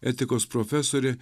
etikos profesorė